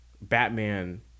Batman